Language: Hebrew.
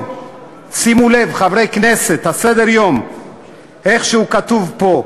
שימו לב, חברי הכנסת, לסדר-היום כמו שהוא כתוב פה: